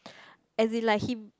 as in like him